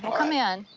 come in.